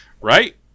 Right